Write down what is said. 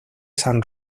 san